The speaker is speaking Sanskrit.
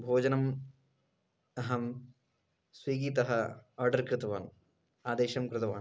भोजनम् अहं स्विगितः आर्डर् कृतवान् आदेशं कृतवान्